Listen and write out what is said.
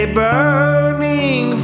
burning